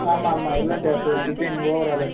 ஆமாம் ஆமாம் எல்லாம் சேர்த்து தான் டிசைனிங் ஓவர் ஆலாக